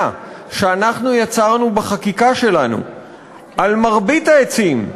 שאנחנו יצרנו בחקיקה שלנו על מרבית העצים.